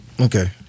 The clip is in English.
Okay